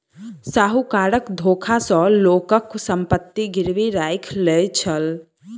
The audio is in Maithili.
साहूकार धोखा सॅ लोकक संपत्ति गिरवी राइख लय छल